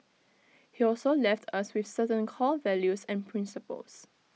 he also left us with certain core values and principles